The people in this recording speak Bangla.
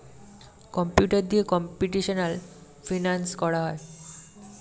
কম্পিউটার দিয়ে কম্পিউটেশনাল ফিনান্স করা হয়